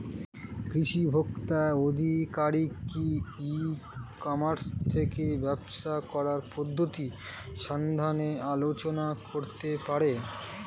কৃষি ভোক্তা আধিকারিক কি ই কর্মাস থেকে ব্যবসা করার পদ্ধতি সম্বন্ধে আলোচনা করতে পারে?